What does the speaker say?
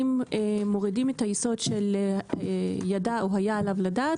אם מורידים את היסוד של ידע או היה עליו לדעת,